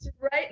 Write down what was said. right